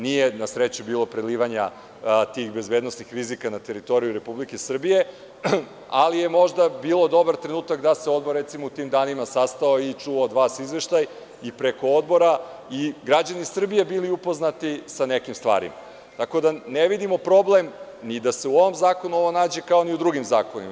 Nije na sreću bilo prelivanja tih bezbednosnih rizika na teritoriju Republike Srbije, ali je možda bio dobar trenutak da se odbor recimo u tim danima sastao i čuo od vas izveštaj i preko odbora i građani Srbije bili upoznati sa nekim stvarima, tako da ne vidimo problem ni da se u ovom zakonu ovo nađe, kao ni u drugim zakonima.